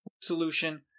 solution